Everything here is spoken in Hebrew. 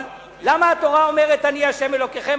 אבל למה התורה אומרת: אני ה' אלוקיכם?